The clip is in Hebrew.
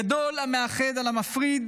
גדול המאחד על המפריד,